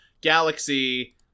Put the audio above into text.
Galaxy